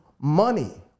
money